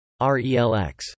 RELX